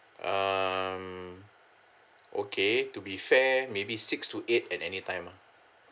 um okay to be fair maybe six to eight at any time ah